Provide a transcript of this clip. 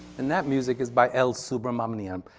and that music is by l subramanyam